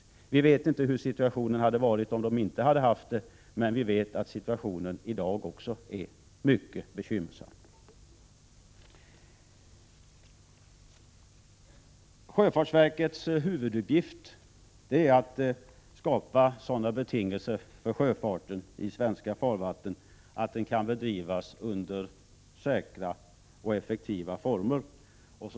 Vi vet visserligen inte hur situationen hade varit varit om inte detta stöd hade funnits, men vi vet att situationen i dag är mycket bekymmersam. Sjöfartsverkets huvuduppgift är att skapa sådana betingelser för sjöfarten i svenska farvatten att den kan bedrivas i säkra och effektiva former.